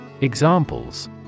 Examples